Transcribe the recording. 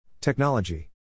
Technology